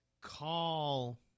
call